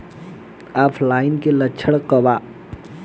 ऑफलाइनके लक्षण क वा?